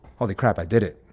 all the crap. i did it,